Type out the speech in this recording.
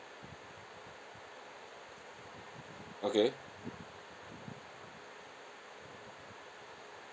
okay